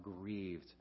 grieved